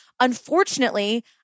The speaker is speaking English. unfortunately